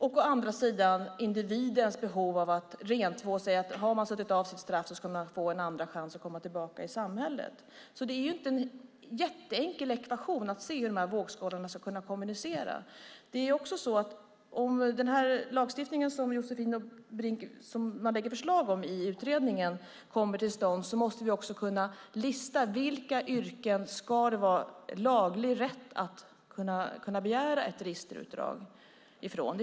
I den andra vågskålen har vi individens behov av att rentvå sig, att man, om man suttit av sitt straff, ska få en andra chans att komma tillbaka i samhället. Det är alltså inte någon jätteenkel ekvation att se hur dessa vågskålar ska kunna kommunicera. Om den lagstiftning som utredningen lägger fram förslag om kommer till stånd måste vi kunna lista vilka yrken det ska finnas laglig rätt att kunna begära registerutdrag om.